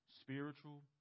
Spiritual